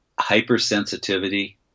hypersensitivity